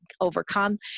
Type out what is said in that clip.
Overcome